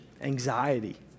anxiety